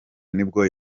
nibwo